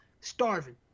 starving